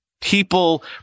people